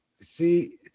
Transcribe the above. see